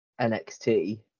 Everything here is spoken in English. NXT